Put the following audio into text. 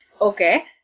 Okay